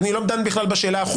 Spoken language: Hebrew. אני לא דן בכלל בשאלה החוקית.